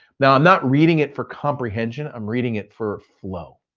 now i'm not reading it for comprehension, i'm reading it for flow.